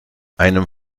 einem